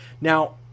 Now